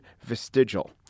vestigial